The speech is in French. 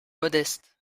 modestes